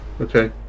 Okay